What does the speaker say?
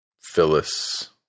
Phyllis